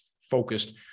focused